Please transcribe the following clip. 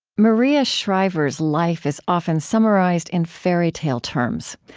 maria shriver's life is often summarized in fairy tale terms.